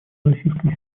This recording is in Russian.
российской